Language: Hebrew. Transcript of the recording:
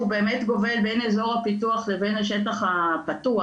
הוא באמת גובל בין אזור הפיתוח לבין השטח הפתוח.